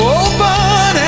open